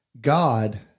God